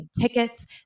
tickets